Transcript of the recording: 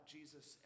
Jesus